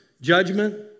judgment